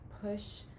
push